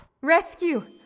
Rescue